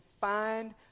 find